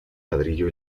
ladrillo